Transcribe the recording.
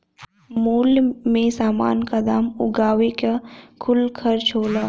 मूल्य मे समान क दाम उगावे क कुल खर्चा होला